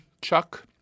Chuck